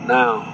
now